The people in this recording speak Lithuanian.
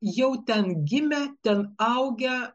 jau ten gimę ten augę